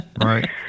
Right